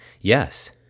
Yes